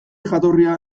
jatorria